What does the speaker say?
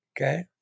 okay